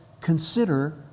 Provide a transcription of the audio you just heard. consider